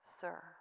Sir